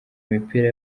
imipira